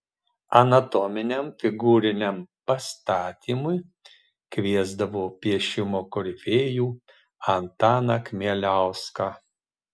anatominiam figūriniam pastatymui kviesdavo piešimo korifėjų antaną kmieliauską